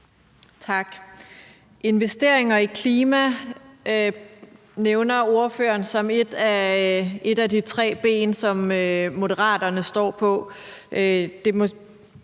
investeringer i klima som et af de tre ben, som Moderaterne står på.